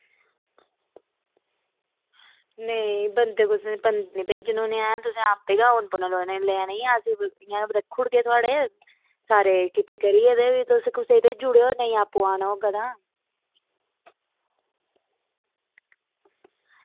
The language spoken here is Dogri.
नेईं बंदे कुत्थें भेजने न तुसें आपें गै आना पौना लैने ई अस गुत्थियां बी रक्खी ओड़गे थुआढ़े सारे किट्ठे करियै तुस कुसैगी भेजी ओड़ेओ नेईं आना होग तां